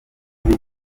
bita